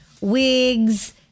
wigs